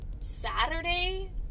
Saturday